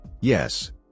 Yes